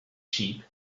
sheep